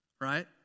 Right